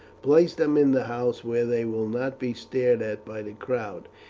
place them in the house, where they will not be stared at by the crowd.